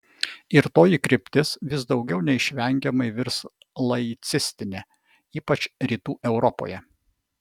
ir toji kryptis vis daugiau neišvengiamai virs laicistine ypač rytų europoje